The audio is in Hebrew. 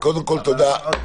קודם כול, תודה.